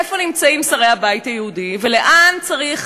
איפה נמצאים שרי הבית היהודי ולאן צריך